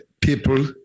people